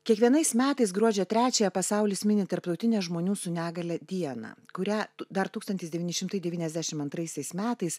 kiekvienais metais gruodžio trečiąją pasaulis mini tarptautinę žmonių su negalia dieną kurią dar tūkstantis devyni šimtai devyniasdešim antraisiais metais